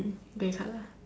grey color